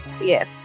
yes